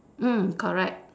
mm correct